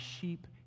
sheep